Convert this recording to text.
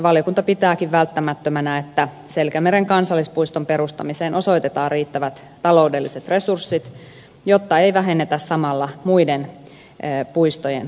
valiokunta pitääkin välttämättömänä että selkämeren kansallispuiston perustamiseen osoitetaan riittävät taloudelliset resurssit jotta ei vähennetä samalla muiden puistojen rahoitusta